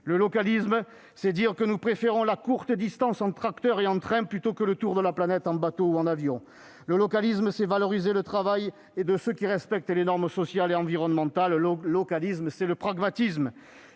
Le localisme, c'est dire que nous préférons la courte distance en tracteur et en train, plutôt que le tour de la planète en bateau ou en avion. Le localisme, c'est valoriser le travail de ceux qui respectent les normes sociales et environnementales. Le localisme, c'est le pragmatisme.